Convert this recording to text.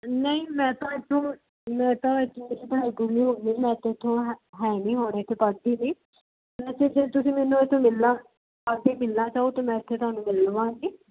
ਨਹੀਂ ਮੈਂ ਤਾਂ ਇੱਥੋਂ ਮੈਂ ਤਾਂ ਹੈ ਨਹੀਂ ਹੁਣ ਇੱਥੇ ਪੜ੍ਹਦੀ ਵੀ ਵੈਸੇ ਜੇ ਤੁਸੀਂ ਮੈਨੂੰ ਮਿਲਣਾ ਅਸੀਂ ਮਿਲਣਾ ਚਾਹੋ ਤਾਂ ਮੈਂ ਇੱਥੇ ਤੁਹਾਨੂੰ ਮਿਲ ਲਵਾਂਗੀ